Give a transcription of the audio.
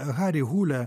hari hūlė